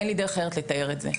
אין לי דרך אחרת לתאר את זה.